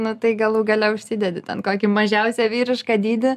nu tai galų gale užsidedi ten kokį mažiausią vyrišką dydį